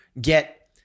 get